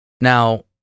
Now